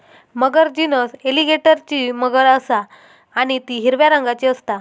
मगर genus एलीगेटरची मगर असा आणि ती हिरव्या रंगाची असता